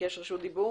שביקש רשות דיבור.